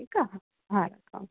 ठीकु आहे हा